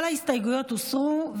כל ההסתייגויות הוסרו,